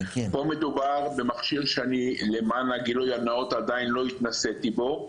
פה מדובר במכשיר שלמען הגילוי הנאות אני עדיין לא התנסיתי בו.